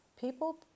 People